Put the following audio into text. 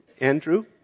Andrew